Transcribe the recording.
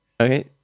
Okay